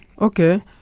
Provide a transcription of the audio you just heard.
Okay